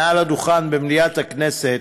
מעל הדוכן במליאת הכנסת